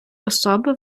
особи